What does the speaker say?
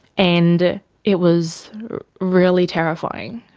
and it was really terrifying.